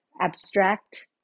abstract